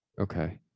okay